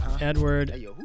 Edward